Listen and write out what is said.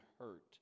hurt